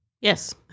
Yes